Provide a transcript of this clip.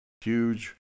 huge